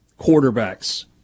quarterbacks